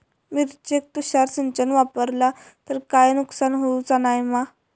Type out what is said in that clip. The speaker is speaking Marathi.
मिरचेक तुषार सिंचन वापरला तर काय नुकसान होऊचा नाय मा?